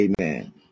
amen